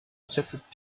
separate